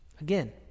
Again